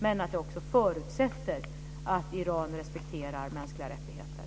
Men det förutsätter att Iran respekterar mänskliga rättigheter.